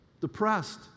depressed